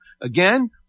again